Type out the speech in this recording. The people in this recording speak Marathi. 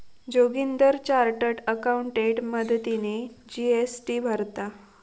जोगिंदर चार्टर्ड अकाउंटेंट मदतीने जी.एस.टी भरता